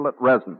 resin